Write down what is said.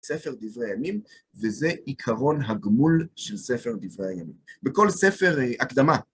ספר דברי הימים, וזה עיקרון הגמול של ספר דברי הימים, בכל ספר הקדמה.